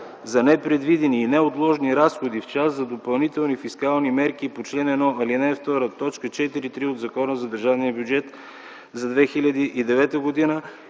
за непредвидени и неотложни разходи в частта за допълнителни фискални мерки по чл. 1, ал. 2, т. 3 и 4 от Закона за държавния бюджет за 2009 г.